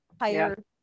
higher